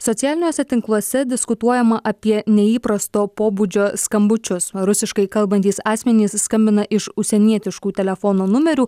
socialiniuose tinkluose diskutuojama apie neįprasto pobūdžio skambučius rusiškai kalbantys asmenys skambina iš užsienietiškų telefono numerių